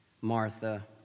Martha